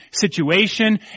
situation